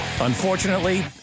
Unfortunately